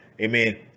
amen